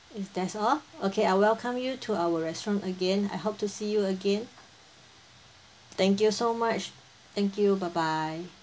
is that's all okay I welcome you to our restaurant again I hope to see you again thank you so much thank you bye bye